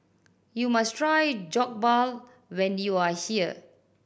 you must try Jokbal when you are here